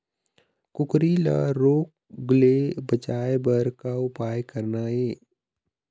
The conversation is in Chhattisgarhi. कुकरी ला रोग ले बचाए बर का उपाय करना ये?